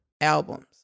albums